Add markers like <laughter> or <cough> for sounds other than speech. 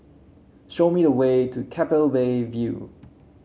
show me the way to Keppel <unintelligible> View